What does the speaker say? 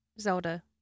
Zelda